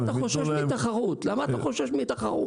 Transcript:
למה אתה חושש מתחרות?